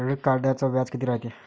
Credit कार्डचं व्याज कितीक रायते?